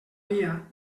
via